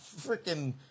freaking